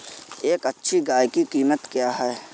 एक अच्छी गाय की कीमत क्या है?